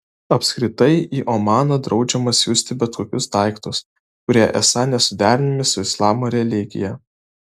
apskritai į omaną draudžiama siųsti bet kokius daiktus kurie esą nesuderinami su islamo religija